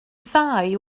ddau